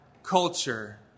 culture